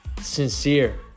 Sincere